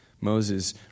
Moses